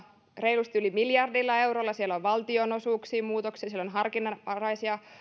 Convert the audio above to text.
reilusti yli miljardilla eurolla siellä on valtionosuuksiin muutoksia siellä on harkinnanvaraisia